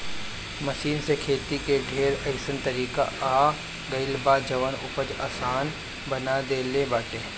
machine से खेती के ढेर अइसन तरीका आ गइल बा जवन उपज आसान बना देले बाटे